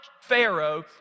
Pharaoh